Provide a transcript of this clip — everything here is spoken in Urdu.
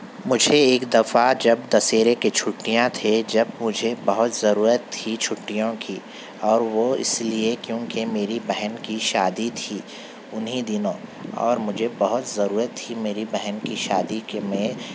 مجھے ایک دفعہ جب دسہرے کے چھٹیاں تھے جب مجھے بہت ضرورت تھی چھٹیوں کی اور وہ اس لیے کیونکہ میری بہن کی شادی تھی انہیں دنوں اور مجھے بہت ضرورت تھی میری بہن کی شادی کہ میں